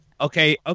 Okay